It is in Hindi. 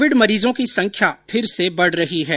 कोविड मरीजों की संख्या फिर से बढ़ रही है